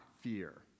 fear